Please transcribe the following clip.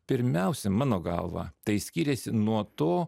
pirmiausia mano galva tai skyrėsi nuo to